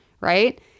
right